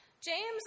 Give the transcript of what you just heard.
James